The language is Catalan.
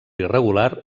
irregular